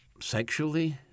Sexually